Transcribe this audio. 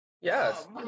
Yes